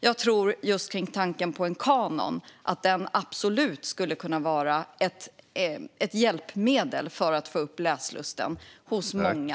Jag tror vad gäller tanken på en kanon att den absolut skulle kunna vara ett hjälpmedel för att få upp läslusten hos många.